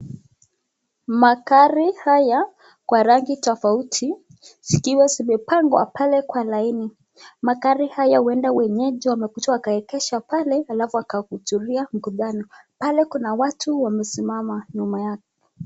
Magari haya kwa rangi tofauti zikiwa zimepangwa pale kwa laini. Magari haya huenda wenyeji wamekuja wakaegesha pale alafu wakahudhuria mkutano pale kuna watu wamesimama nyuma yake.